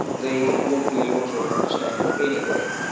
they won't be able to understand it anyway.